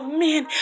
men